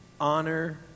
honor